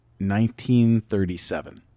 1937